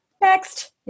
next